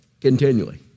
continually